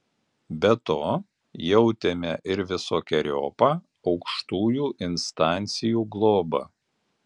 be to jautėme ir visokeriopą aukštųjų instancijų globą